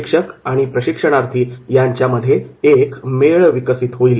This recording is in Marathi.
प्रशिक्षक व प्रशिक्षणार्थी यांच्यामध्ये एक मेळ विकसित होईल